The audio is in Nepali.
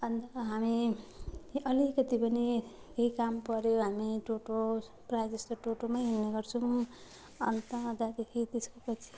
अन्त हामी अलिकति पनि केही काम पर्यो हामी टोटो प्रायः जस्तो टोटोमै हिँड्ने गर्छौँ अन्त त्यहाँदेखि त्यसको पछि